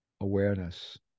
awareness